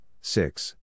six